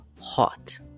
hot